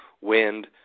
wind